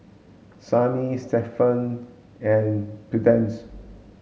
Sannie Shepherd and Prudence